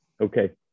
Okay